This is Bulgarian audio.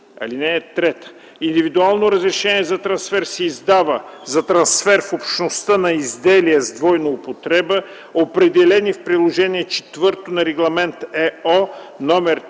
комисия. (3) Индивидуално разрешение за трансфер се издава за трансфер в Общността на изделия с двойна употреба, определени в Приложение ІV на Регламент (ЕО) №